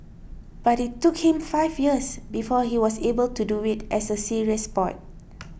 but it took him five years before he was able to do it as a serious sport